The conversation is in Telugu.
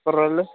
కుర్రోళ్ళు